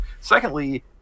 Secondly